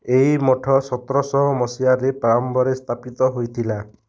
ଏହି ମଠ ସତର ଶହ ମସିହାରେ ପ୍ରାରମ୍ଭରେ ସ୍ଥାପିତ ହୋଇଥିଲା